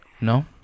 no